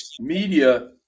media